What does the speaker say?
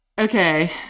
okay